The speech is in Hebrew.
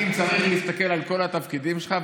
אם צריך להסתכל על כל התפקידים שלך,